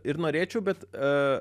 ir norėčiau bet